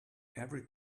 every